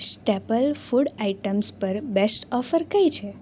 staple food items પર best offer કઈ છે